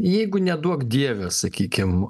jeigu neduok dieve sakykim